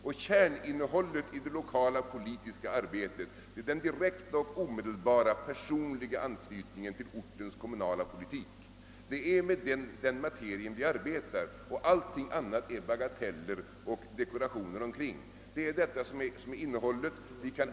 Och kärninnehållet i det lokala politiska arbetet är den direkta och omedelbara personliga anknytningen till ortens kommunala politik. Det är med den materien vi arbetar, allting annat är bagateller och dekorationer. Detta är innehållet.